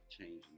changing